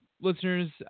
listeners